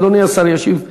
אדוני השר ישיב לכולם.